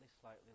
slightly